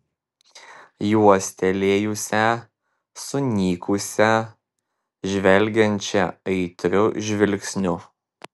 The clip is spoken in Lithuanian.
juostelėjusią sunykusią žvelgiančią aitriu žvilgsniu